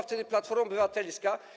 wtedy Platforma Obywatelska?